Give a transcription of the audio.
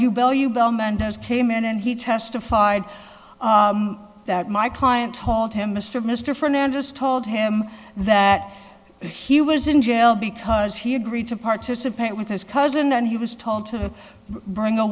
does came in and he testified that my client told him mr mr fernandez told him that he was in jail because he agreed to participate with his cousin and he was told to bring a